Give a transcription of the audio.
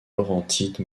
laurentides